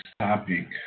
topic